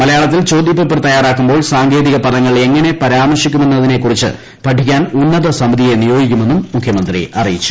മലയാളത്തിൽ ചോദ്യപേപ്പർ തയ്യാറാക്കുമ്പോൾ സാങ്കേതിക പദങ്ങൾ എങ്ങനെ പരാമർശിക്കുമെന്നതിനെ ക്കുറിച്ച് പഠിക്കാൻ ഉന്നതസമിതിയെ നിയോഗിക്കുമെന്നും മുഖ്യമന്ത്രി അറിയിച്ചു